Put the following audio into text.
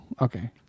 okay